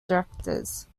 directors